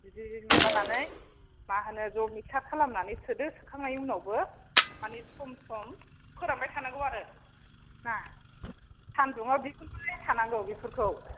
बिदि माबानानै मा होनो ज मिक्सार खालामनानै सोदो सोखांनायनि उनावबो मानि सम सम फोरानबाय थानांगौ आरो ना सान्दुङाव दिहुनबाय थानांगौ बेफोरखौ